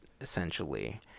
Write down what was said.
essentially